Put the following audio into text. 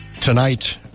Tonight